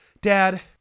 dad